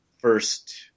first